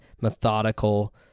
methodical